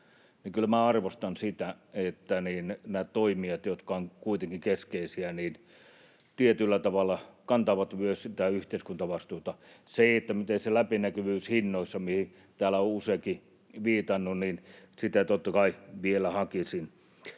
Kyllä minä arvostan sitä, että nämä toimijat, jotka ovat kuitenkin keskeisiä, tietyllä tavalla kantavat myös sitä yhteiskuntavastuuta. Sitä, miten se läpinäkyvyys näkyy hinnoissa, mihin täällä on useakin viitannut, totta kai vielä hakisin.